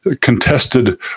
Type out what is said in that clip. contested